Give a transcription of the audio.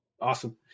Awesome